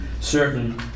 certain